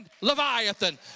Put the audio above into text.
Leviathan